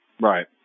Right